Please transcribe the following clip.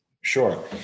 Sure